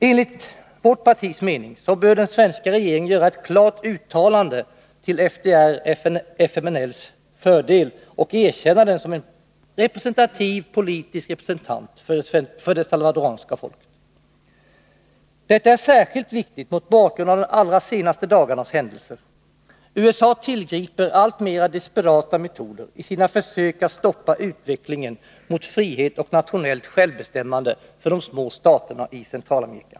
Enligt vårt partis mening bör den svenska regeringen göra ett klart uttalande till FDR/FMNL:s fördel och erkänna denna rörelse såsom en representativ politisk representant för det salvadoranska folket. Detta är särskilt viktigt mot bakgrund av de allra senaste dagarnas händelser. USA tillgriper alltmer desperata metoder i sina försök att stoppa utvecklingen mot frihet och nationellt självbestämmande för de små staterna i Centralamerika.